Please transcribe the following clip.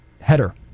Header